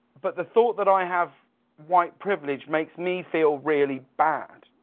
but the thought that i have white privilege makes me feel really bad.